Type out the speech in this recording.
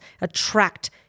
attract